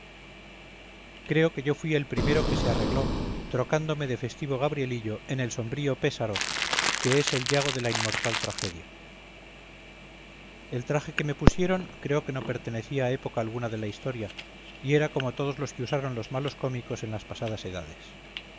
creo que yo fui el primero que se arregló trocándome de festivo gabrielillo en el sombrío pésaro que es el yago de la inmortal tragedia el traje que me pusieron creo que no pertenecía a época alguna de la historia y era como todos los que usaron los malos cómicos en las pasadas